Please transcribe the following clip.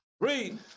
Read